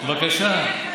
בבקשה,